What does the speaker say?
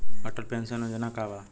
Atal pension Yojana का बा?